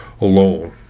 alone